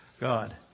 God